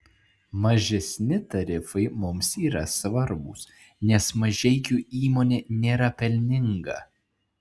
mažesni tarifai mums yra svarbūs nes mažeikių įmonė nėra pelninga